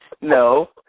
No